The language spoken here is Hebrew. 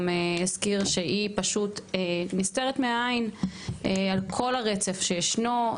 הזכיר שהיא פשוט נסתרת מהעין על כל הרצף שישנו,